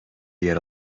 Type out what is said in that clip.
yer